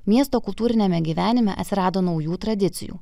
miesto kultūriniame gyvenime atsirado naujų tradicijų